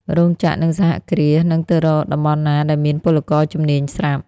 រោងចក្រ និងសហគ្រាសនឹងទៅរកតំបន់ណាដែលមានពលករជំនាញស្រាប់។